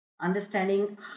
understanding